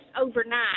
overnight